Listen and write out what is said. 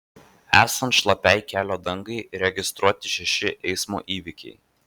esant šlapiai kelio dangai registruoti šeši eismo įvykiai